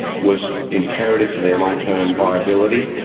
was imperative for their long-term viability.